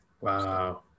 Wow